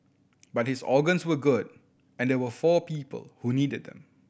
but his organs were good and there were four people who needed them